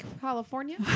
California